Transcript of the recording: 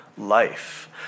life